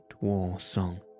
war-song